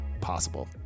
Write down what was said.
possible